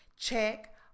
check